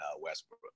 Westbrook